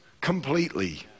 completely